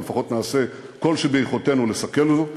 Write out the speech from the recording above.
לפחות נעשה כל שביכולתנו לסכל זאת,